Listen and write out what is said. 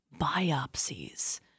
Biopsies